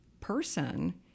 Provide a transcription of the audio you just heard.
person